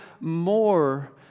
more